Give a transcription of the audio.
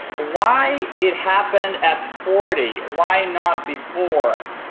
why it happened at forty, why not before?